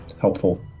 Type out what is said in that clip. helpful